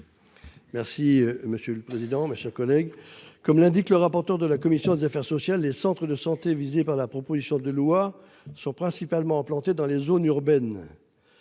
Merci monsieur le président, mes chers collègues. Comme l'indique le rapporteur de la commission des affaires sociales, les centres de santé visés par la proposition de loi sont principalement implantées dans les zones urbaines.